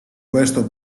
questo